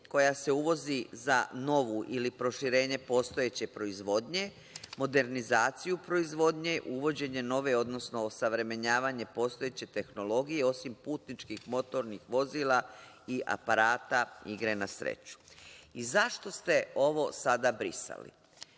koja se uvoz za novu ili proširenje postojeće proizvodnje, modernizaciju proizvodnje, uvođenje nove, odnosno osavremenjavanje postojeće tehnologije, osim putničkih, motornih vozila i aparata igre na sreću.Zašto ste ovo sada brisali?